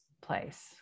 place